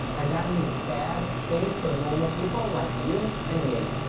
and that means bad things for normal people like you and me.